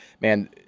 man